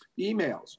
emails